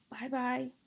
Bye-bye